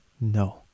no